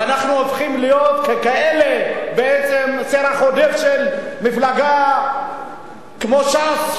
ואנחנו הופכים להיות בעצם סרח עודף של מפלגה כמו ש"ס,